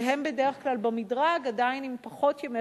שהם בדרך כלל עדיין במדרג עם פחות ימי